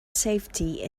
safety